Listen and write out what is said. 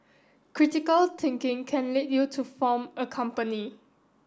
critical thinking can lead you to form a company